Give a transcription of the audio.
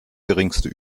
geringste